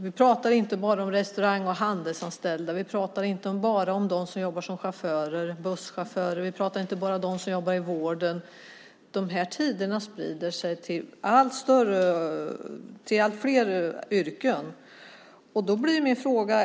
Vi pratar inte bara om restaurang och handelsanställda, chaufförer, busschaufförer och de som jobbar i vården. De här arbetstiderna sprider sig till allt fler yrken.